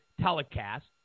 telecast